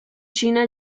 china